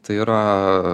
tai yra